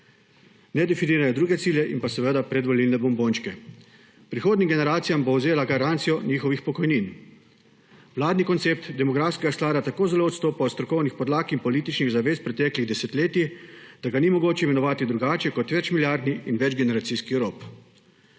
nedefinirane druge cilje in pa seveda predvolilne bombončke. Prihodnjim generacijam bo vzela garancijo njihovih pokojnin. Vladni koncept demografskega sklada tako zelo odstopa od strokovnih podlag in političnih zavez preteklih desetletij, da ga ni mogoče imenovati drugače kot večmilijardni in večgeneracijski rop.